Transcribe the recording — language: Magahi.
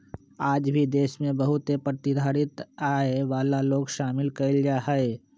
आज भी देश में बहुत ए प्रतिधारित आय वाला लोग शामिल कइल जाहई